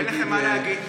אין לכם מה להגיד?